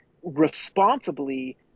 responsibly